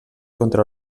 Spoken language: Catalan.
contra